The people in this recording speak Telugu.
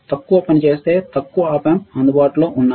తక్కువ పనిచేసే తక్కువ ఆప్ ఆంప్స్ అందుబాటులో ఉన్నాయి